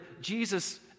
Jesus